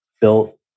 built